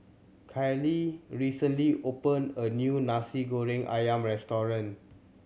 Kaylie recently opened a new Nasi Goreng Ayam restaurant